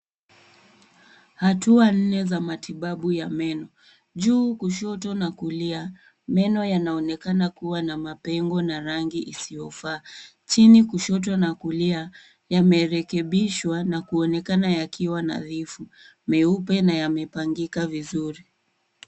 Hatua nne za matibabu ya meno. Juu kushoto na kulia, meno yanaonekana kuwa na mapengo na rangi isiyofaa. Chini, kushoto na kulia yamerekebishwa na kuonekana yakiwa nadhifu, meupe na yamepangika vizuri.